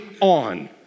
on